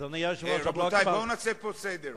רבותי, בואו נעשה פה סדר.